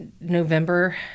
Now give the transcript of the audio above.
November